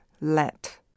Let